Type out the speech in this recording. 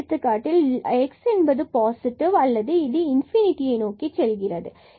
இந்த எடுத்துக்காட்டில் delta x positive அல்லது இது நோக்கி செல்கிறது